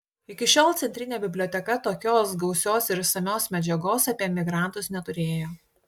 iki šiol centrinė biblioteka tokios gausios ir išsamios medžiagos apie emigrantus neturėjo